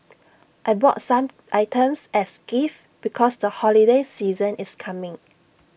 I bought some items as gifts because the holiday season is coming